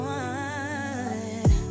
one